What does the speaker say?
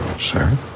Sir